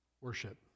Worship